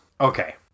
okay